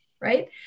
right